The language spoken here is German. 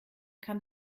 kann